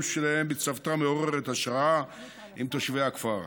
שלהם בצוותא מעוררת השראה עם תושבי הכפר.